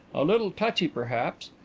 a little touchy perhaps,